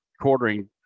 quartering